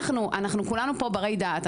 כולנו פה ברי דעת,